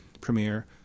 premiere